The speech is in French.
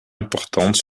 importantes